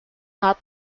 not